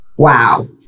wow